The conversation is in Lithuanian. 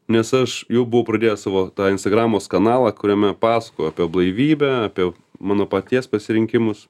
nes aš jau buvau pradėjęs savo tą instagramos kanalą kuriame pasakojau apie blaivybę apie mano paties pasirinkimus